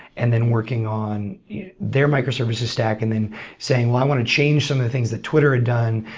and then working on their microservices stack and then saying, i want to change some of the things that twitter had done.